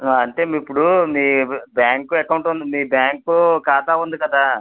అంటే మీ ఇప్పుడు మీ బ్యాంకు అకౌంటు మీ బ్యాంకు ఖాతా ఉంది కదా